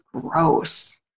gross